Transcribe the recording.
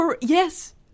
Yes